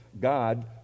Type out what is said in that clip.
God